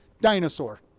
dinosaur